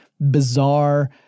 bizarre